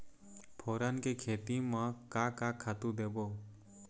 फोरन के खेती म का का खातू देबो?